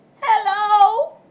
Hello